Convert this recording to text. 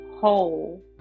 whole